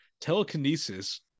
telekinesis